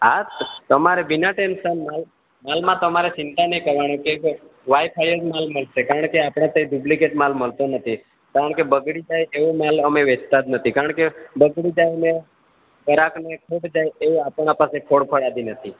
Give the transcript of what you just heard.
હા તમારે બીના ટેન્સન માલ માલમાં તમારે ચિંતા નય કરવાની કે વાયફાય જ માલ મળશે કારણ કે આપણે ડુપ્લિકેટ માલ મળતો નથી કારણ કે બગડી જાય એવો માલ અમે વેચતા જ નથી કારણ કે બગડી જાય ને ઘરાકને ખોટ જાય એવું આપણા પાસે ફળફળાદી નથી